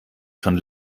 schon